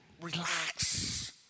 Relax